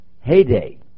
heyday